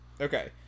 okay